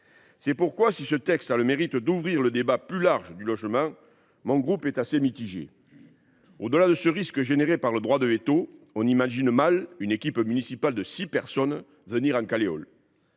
conséquence, si ce texte a le mérite d’ouvrir le débat plus large sur le logement, mon groupe reste assez mitigé. Au delà du risque créé par le droit de veto, on imagine mal une équipe municipale de six personnes se présenter en Caleol…